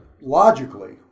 Logically